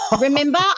remember